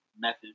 Method